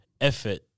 effort